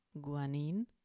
guanine